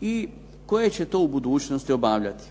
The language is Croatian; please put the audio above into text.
i koje će to u budućnosti obavljati.